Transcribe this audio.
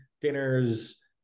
dinners